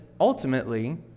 ultimately